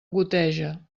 goteja